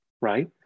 right